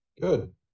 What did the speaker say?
Good